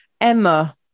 Emma